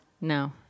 No